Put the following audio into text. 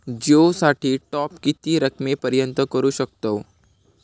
जिओ साठी टॉप किती रकमेपर्यंत करू शकतव?